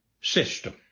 system